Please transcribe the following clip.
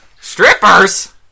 Strippers